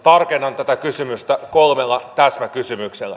tarkennan tätä kysymystä kolmella täsmäkysymyksellä